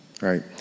right